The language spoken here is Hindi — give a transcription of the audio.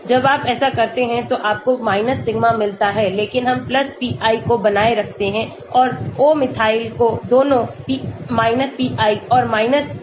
जब आपऐसा करते हैं तो आपको sigmaमिलता हैं लेकिन हम pi को बनाए रखते हैं और o मिथाइल को दोनों pi और सिग्मा प्राप्त करते हैं